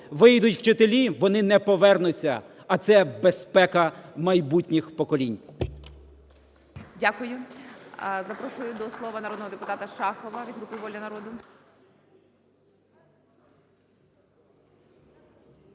вийдуть вчителі, вони не повернуться, а це безпека майбутніх поколінь.